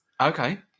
Okay